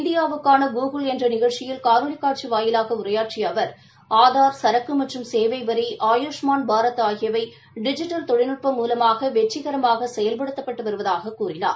இந்தியாவுக்கான கூகுல் என்ற நிகழ்ச்சியில் காணொலி காட்சி வாயிலாக உரையாற்றிய அவா் ஆதாா் சரக்கு மற்றும் சேவை வரி ஆயூஷ்மாள் பாரத் ஆகியவை டிஜிட்டல் தொழில்நுட்பம் மூலமாக வெற்றிகரமாக செயல்படுத்தப்பட்டு வருவதாகக் கூறினார்